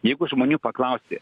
jeigu žmonių paklausi